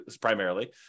primarily